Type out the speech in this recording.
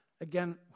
Again